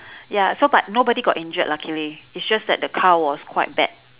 ya so but nobody got injured luckily it's just that the car was quite bad